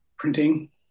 printing